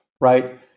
Right